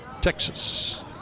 Texas